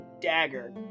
dagger